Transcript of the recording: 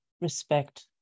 respect